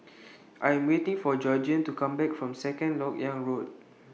I Am waiting For Georgiann to Come Back from Second Lok Yang Road